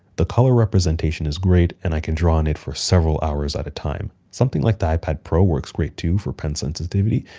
the color representation is great, and i can draw on it for several hours at a time. something like the ipad pro works great too for pen sensitivity,